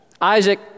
Isaac